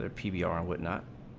ah pdr and would not